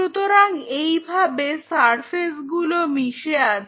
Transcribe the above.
সুতরাং এইভাবে সারফেস গুলো মিশে আছে